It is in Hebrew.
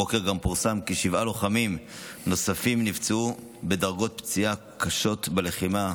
הבוקר גם פורסם כי שבעה לוחמים נוספים נפצעו בדרגות פציעה קשות בלחימה.